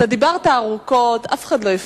דיברת ארוכות ואף אחד לא הפריע לך,